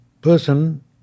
person